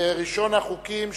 וראשון החוקים,